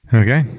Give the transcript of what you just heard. okay